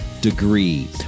degree